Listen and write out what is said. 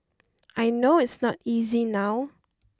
I know it's not easy now